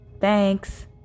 Thanks